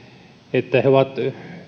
että he ovat